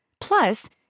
Plus